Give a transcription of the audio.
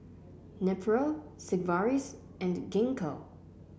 Nepro Sigvaris and Gingko